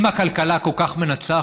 אם הכלכלה כל כך מנצחת,